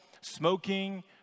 smoking